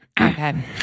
Okay